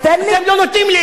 אתם לא נותנים.